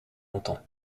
longtemps